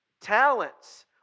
talents